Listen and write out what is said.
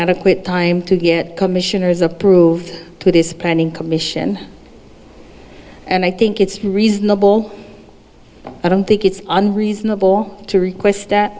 time to get commissioners approved to this planning commission and i think it's reasonable i don't think it's unreasonable to request